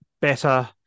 better